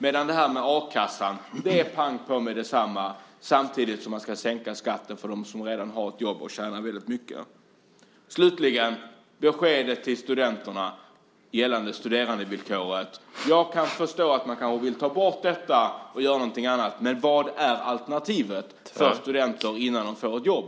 När det gäller a-kassan är det däremot pang på meddetsamma, samtidigt som man ska sänka skatten för dem som redan har ett jobb och tjänar väldigt mycket. Slutligen har vi beskedet till studenterna gällande studerandevillkoret. Jag kan förstå att man vill ta bort det och göra något annat, men vad är alternativet för studenter innan de får ett jobb?